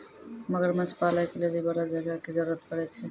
मगरमच्छ पालै के लेली बड़ो जगह के जरुरत पड़ै छै